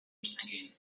again